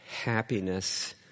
happiness